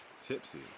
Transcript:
tipsy